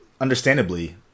understandably